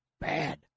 bad